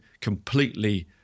completely